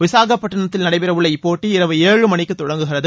விசாகப்பட்டினத்தில் நடைபெற உள்ள இப்போட்டி இரவு ஏழு மணிக்கு தொடங்குகிறது